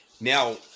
Now